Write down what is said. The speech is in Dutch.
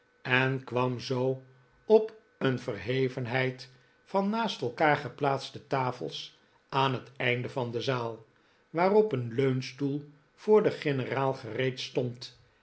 en kwam zoo op een verhevenheid van naast elkaar geplaatste tafels aan het einde van de zaal waarop een leunstoel voor den generaal gereed stond